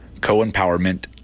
co-empowerment